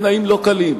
בתנאים לא קלים.